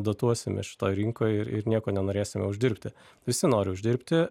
dotuosime šitoj rinkoj ir nieko nenorėsime uždirbti visi nori uždirbti